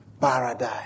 paradise